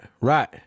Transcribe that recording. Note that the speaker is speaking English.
right